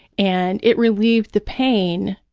and it relieved the pain